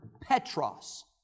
Petros